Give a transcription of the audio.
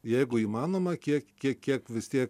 jeigu įmanoma kiek kiek kiek vis tiek